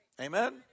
Amen